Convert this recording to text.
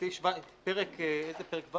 פרק איזה פרק,